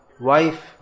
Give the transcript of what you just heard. wife